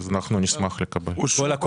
הם בעצם מעלים את העודפים בסוף כל שנה